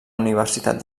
universitat